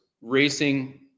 racing